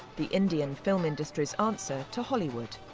the indian film industry's answer to hollywood.